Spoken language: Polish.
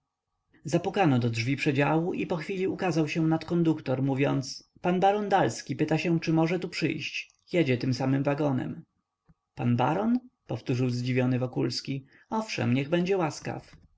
zapukano do drzwi przedziału i pochwili ukazał się nadkonduktor mówiąc pan baron dalski pyta się czy może tu przyjść jedzie tym samym wagonem pan baron powtórzył zdziwiony wokulski owszem niech będzie łaskaw